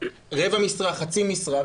רבע משרה וחצי משרה,